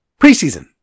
Preseason